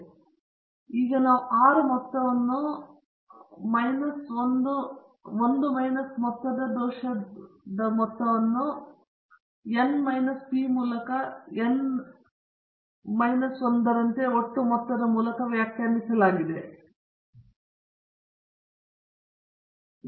ಆದ್ದರಿಂದ ಈಗ ನಾವು R ಮೊತ್ತವನ್ನು 1 ಮೈನಸ್ ಮೊತ್ತದ ದೋಷದ ಮೊತ್ತವನ್ನು n ಮೈನಸ್ ಪಿ ಮೂಲಕ n ನ ಮೈನಸ್ 1 ರಂತೆ ಒಟ್ಟು ಮೊತ್ತದ ಮೂಲಕ ವ್ಯಾಖ್ಯಾನಿಸಲಾಗಿದೆ ಆದ್ದರಿಂದ ನಾವು 1 ಮೈನಸ್ ಸರಾಸರಿ ಸ್ಕ್ವೇರ್ ದೋಷವನ್ನು ಪಡೆಯುತ್ತೇವೆ ಮತ್ತು ಸರಾಸರಿ ಸ್ಕ್ವೇರ್ ಒಟ್ಟು